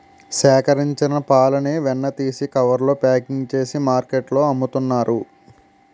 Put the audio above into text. సేకరించిన పాలని వెన్న తీసి కవర్స్ లో ప్యాకింగ్ చేసి మార్కెట్లో అమ్ముతున్నారు